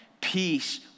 Peace